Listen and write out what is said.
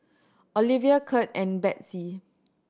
Olevia Kurt and Betsey